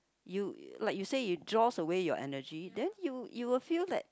you like you said you draws away your energy then you you will feel like